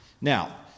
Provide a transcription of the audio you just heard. Now